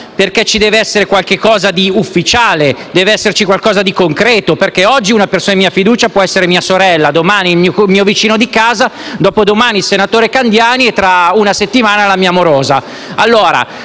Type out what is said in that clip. perché ci deve essere qualcosa di ufficiale, qualcosa di concreto, atteso che oggi una persona di mia fiducia può essere mia sorella, domani il mio vicino di casa, dopodomani il senatore Candiani e tra una settimana la mia morosa.